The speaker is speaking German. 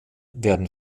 werden